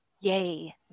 yay